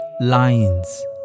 lines